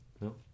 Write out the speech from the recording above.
No